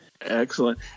Excellent